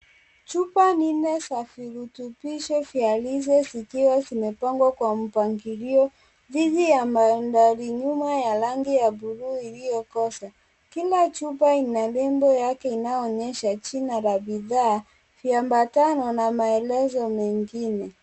Chupa nne za virutubisho vya rize zikiwa zimepangwa kwa mpangilio dhidi ya mandhari nyuma ya rangi ya buluu iliyokosa. Kila chupa ina nembo yake inayoonyesha jina la bidhaa, viamabatano na maelezo mengine.